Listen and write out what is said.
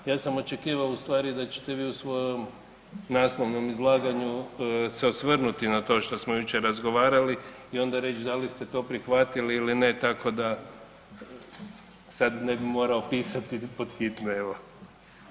Ja sam očekivao u stvari da ćete vi u svojem naslovnom izlaganju se osvrnuti na to što smo jučer razgovarali i onda reć da li ste to prihvatili ili ne, tako da sad ne bi morao pisati pod hitno evo.